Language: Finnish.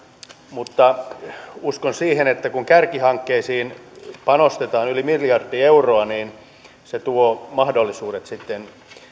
mutta uskon siihen että kun kärkihankkeisiin panostetaan yli miljardi euroa se tuo mahdollisuudet sitten